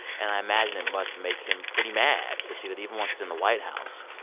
and i imagine it must make him pretty mad to see that even once he's in the white house,